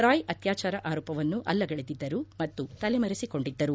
ರಾಯ್ ಅತ್ಯಾಚಾರ ಆರೋಪವನ್ನು ಅಲ್ಲಗಳೆದಿದ್ದರು ಮತ್ತು ತಲೆ ಮರೆಸಿಕೊಂಡಿದ್ದರು